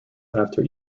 after